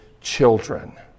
children